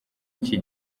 iki